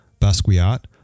Basquiat